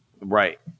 Right